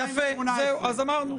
יפה, אז אמרנו.